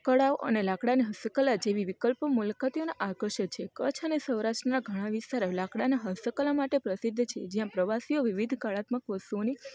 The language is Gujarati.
કળાઓ અને લાકડાની હસ્તકલા જેવી વિકલ્પો મુલાકાતીઓને આકર્ષે છે કચ્છ અને સૌરાષ્ટ્રના ઘણા વિસ્તાર લાકડાના હસ્તકલા માટે પ્રસિદ્ધ છે જ્યાં પ્રવાસીઓ વિવિધ કળાત્મક વસ્તુઓની